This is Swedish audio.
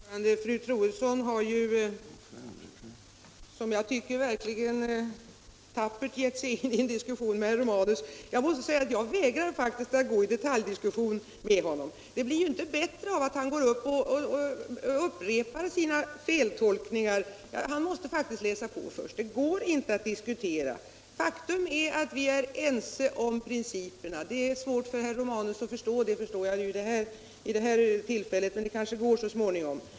Herr talman! Fru Troedsson har, som jag tycker, verkligen tappert gett sig in i en diskussion med herr Romanus. Jag vägrar faktiskt att gå i detaljdiskussion med honom. Det blir ju inte bättre av att han upprepar sina feltolkningar. Herr Romanus måste faktiskt läsa på först; det går inte att diskutera annars. Faktum är att vi är ense om principerna. Det är väl svårt för herr Romanus att förstå det vid detta tillfälle, men det kanske går så småningom.